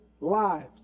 lives